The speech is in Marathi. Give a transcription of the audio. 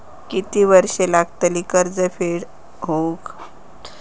किती वर्षे लागतली कर्ज फेड होऊक?